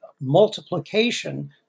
multiplication